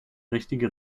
richtige